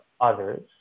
others